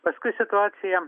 paskui situacija